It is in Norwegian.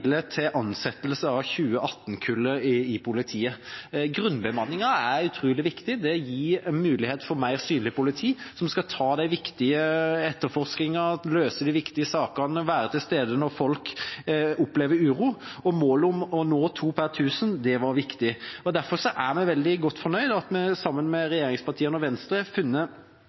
til ansettelse av 2018-kullet i politiet. Grunnbemanningen er utrolig viktig. Den gir mulighet for mer synlig politi, som skal ha de viktige etterforskningene, løse de viktige sakene, være til stede når folk opplever uro. Målet om to polititjenestemenn per 1 000 innbyggere var viktig. Derfor er vi veldig godt fornøyd med at vi sammen med regjeringspartiene og Venstre har funnet